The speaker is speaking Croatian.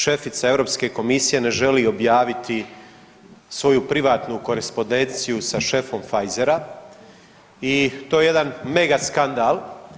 Šefica Europske komisije ne želi objaviti svoju privatnu korespodenciju sa šefom Pfisera i to je jedan mega skandal.